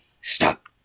Stop